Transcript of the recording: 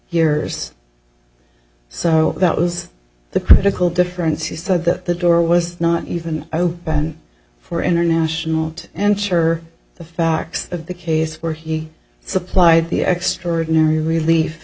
years so that was the critical difference he said that the door was not even open for international to ensure the facts of the case where he supplied the extraordinary relief